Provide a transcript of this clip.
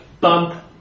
bump